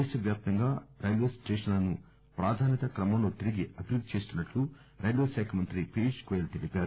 దేశవ్యాప్తంగా రైల్వేస్టేషన్లను ప్రాధాన్యతాక్రమంలో తిరిగి అభివృద్ది చేస్తున్నట్లు రైల్వే శాఖ మంత్రి పీయూష్ గోయెల్ తెలిపారు